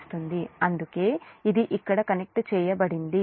అందుకే ఇది ఇక్కడ కనెక్ట్ చేయబడింది